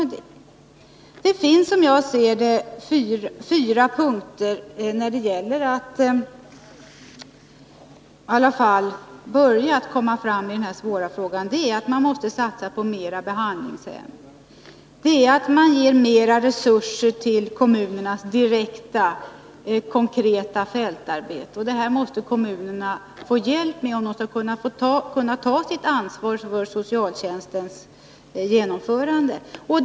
Det finns, som jag ser det, fyra viktiga punkter när det gäller att börja komma framåt i den här svåra frågan. 1. Man måste satsa på fler behandlingshem. 2. Man måste ge mer resurser till kommunernas direkta, konkreta fältarbete. Kommunerna måste få hjälp med detta, om de skall kunna ta sitt ansvar för socialtjänstens genomförande. 3.